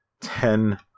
ten